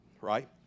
right